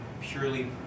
purely